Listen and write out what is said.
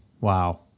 Wow